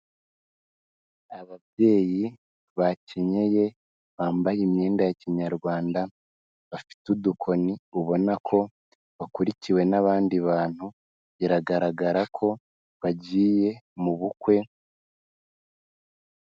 Ababyeyi bakenyeye, bambaye imyenda ya Kinyarwanda, bafite udukoni, ubona ko bakurikiwe n'abandi bantu, biragaragara ko bagiye mu bukwe...